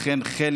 לכן,